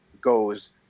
goes